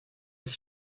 ist